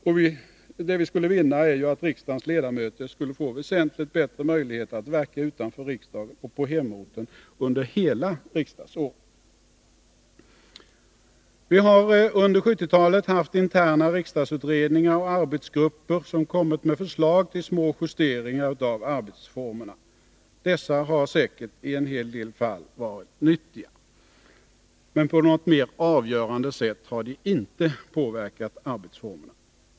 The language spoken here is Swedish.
Vad vi skulle vinna är ju att riksdagens ledamöter fick väsentligt bättre möjligheter att verka utanför riksdagen och på hemorten under hela riksdagsåret. Vi har under 1970-talet haft interna riksdagsutredningar och arbetsgrupper som lagt fram förslag till små justeringar av arbetsformerna. Dessa har säkert i en hel del fall varit nyttiga. Men på något mera avgörande sätt har de inte påverkat arbetsformerna.